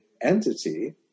entity